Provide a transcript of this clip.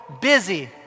busy